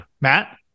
Matt